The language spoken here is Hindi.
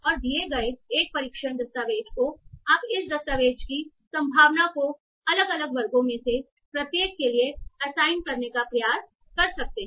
और दिए गए एक परीक्षण दस्तावेज़ को आप इस दस्तावेज़ की संभावना को अलग अलग वर्गों में से प्रत्येक के लिए असाइन करने का प्रयास कर सकते हैं